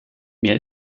mir